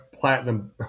Platinum